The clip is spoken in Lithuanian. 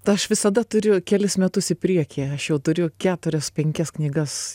aš visada turiu kelis metus į priekį aš jau turiu keturias penkias knygas